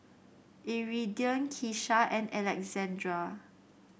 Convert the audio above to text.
Iridian Kesha and Alexandr